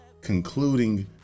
concluding